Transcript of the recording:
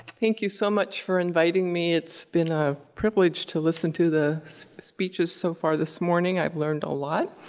thank you so much for inviting me. it's been a privilege to listen to the speeches so far this morning, i've learned a lot.